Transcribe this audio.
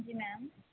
ਹਾਂਜੀ ਮੈਮ